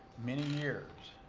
many years.